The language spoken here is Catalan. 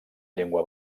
llengua